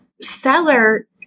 seller